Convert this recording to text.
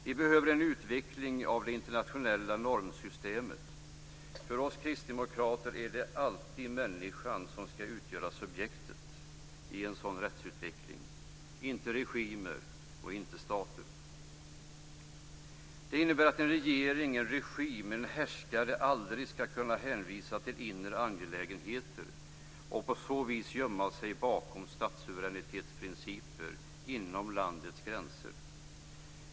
Vi behöver en utveckling av det internationella normsystemet. För oss kristdemokrater är det alltid människan som ska utgöra subjektet i en sådan rättsutveckling - inte regimer och inte stater. Det innebär att en regering, en regim eller en härskare aldrig ska kunna hänvisa till inre angelägenheter och på så vis gömma sig bakom statssuveränitetsprinciper inom landets gränser.